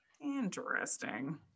interesting